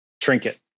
trinket